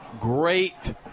great